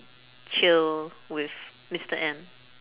chill with mister M